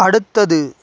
அடுத்தது